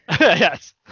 Yes